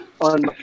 on